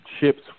ships